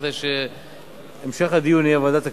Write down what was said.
כדי שהמשך הדיון יהיה בוועדת הכספים.